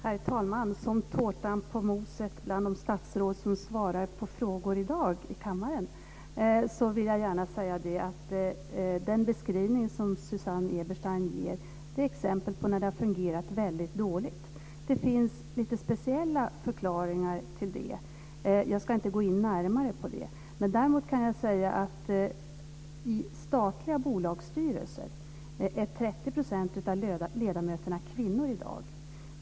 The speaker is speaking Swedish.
Herr talman! Som rosen på tårtan bland de statsråd som svarar på frågor i dag i kammaren vill jag gärna säga att den beskrivning som Susanne Eberstein ger är ett exempel på när det har fungerat väldigt dåligt. Det finns lite speciella förklaringar till det. Jag ska inte gå in närmare på dem. Däremot kan jag säga att i statliga bolagsstyrelser är 30 % av ledamöterna kvinnor i dag.